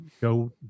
go